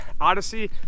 odyssey